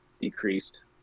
decreased